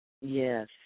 Yes